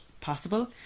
possible